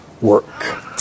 work